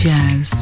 Jazz